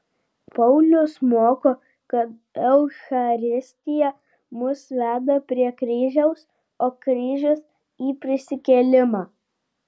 paulius moko kad eucharistija mus veda prie kryžiaus o kryžius į prisikėlimą